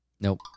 Nope